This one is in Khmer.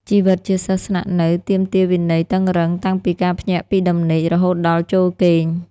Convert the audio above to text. ជីវិតជាសិស្សស្នាក់នៅទាមទារវិន័យតឹងរ៉ឹងតាំងពីការភ្ញាក់ពីដំណេករហូតដល់ចូលគេង។